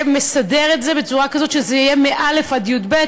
ומסדר את זה בצורה כזאת שזה יהיה מא' עד י"ב,